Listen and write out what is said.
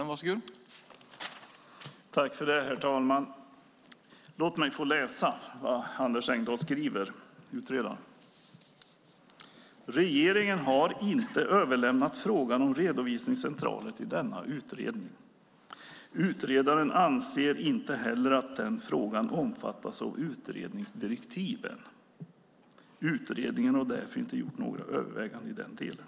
Herr talman! Jag ska läsa vad utredaren Anders Engdahl skriver: "Regeringen har inte överlämnat frågan om redovisningscentraler till denna utredning. Utredaren anser inte heller att den frågan omfattas av utredningsdirektiven . Utredningen har därför inte gjort några överväganden i den delen."